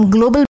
Global